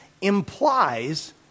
implies